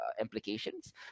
implications